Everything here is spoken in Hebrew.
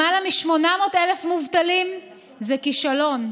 למעלה מ-800,000 מובטלים זה כישלון.